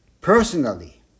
personally